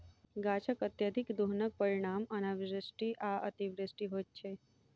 गाछकअत्यधिक दोहनक परिणाम अनावृष्टि आ अतिवृष्टि होइत छै